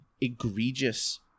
egregious